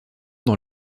dans